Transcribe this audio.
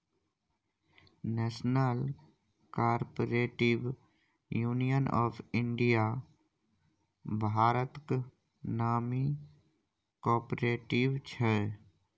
national cooperative union of India भारतक नामी cooperative छै